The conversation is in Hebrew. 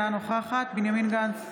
אינה נוכחת בנימין גנץ,